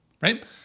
right